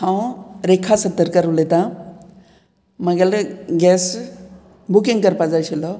हांव रेखा सतरकर उलयतां म्हगेलें गॅस बुकींग करपा जाय आशिल्लो